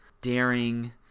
daring